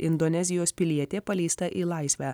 indonezijos pilietė paleista į laisvę